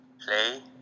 play